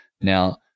Now